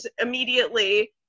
immediately